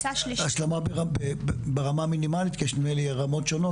השלמה ברמה המינימלית, כי יש נדמה לי רמות שונות.